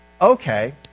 Okay